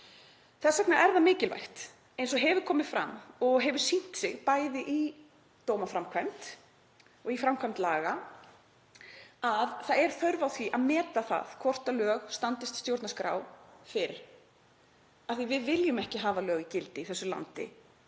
Þess vegna er það mikilvægt, eins og hefur komið fram og hefur sýnt sig, bæði í dómaframkvæmd og í framkvæmd laga, að það er þörf á því að meta hvort lög standist stjórnarskrá fyrr af því að við viljum ekki hafa lög í gildi í þessu landi